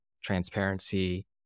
transparency